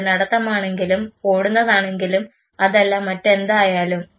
അത് നടത്തമാണെങ്കിലും ഓടുന്നതാണെങ്കിലും അതല്ല മറ്റെന്തായാലും